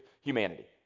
humanity